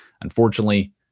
unfortunately